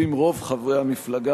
אדוני היושב-ראש, חברות וחברי הכנסת,